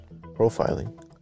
profiling